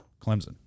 Clemson